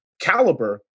caliber